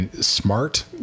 smart